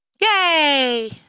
Yay